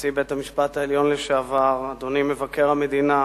נשיא בית-המשפט העליון לשעבר, אדוני מבקר המדינה,